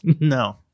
No